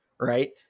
Right